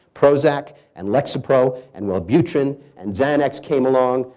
prozac and lexapro and wellbutrin and xanax came along.